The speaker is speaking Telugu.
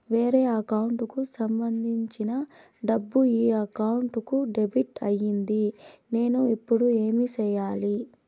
వేరే అకౌంట్ కు సంబంధించిన డబ్బు ఈ అకౌంట్ కు డెబిట్ అయింది నేను ఇప్పుడు ఏమి సేయాలి